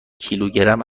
کیلوگرم